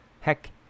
Heck